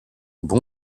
bon